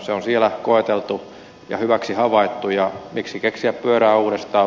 se on siellä koeteltu ja hyväksi havaittu ja miksi keksiä pyörää uudestaan